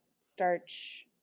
starch